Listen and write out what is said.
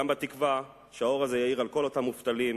בתקווה שהאור הזה יאיר על כל אותם מובטלים.